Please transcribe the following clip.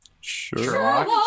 Sherlock